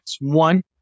One